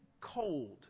cold